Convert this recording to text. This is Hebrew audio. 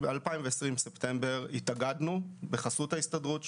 בספטמבר 2020 התאגדנו בחסות ההסתדרות,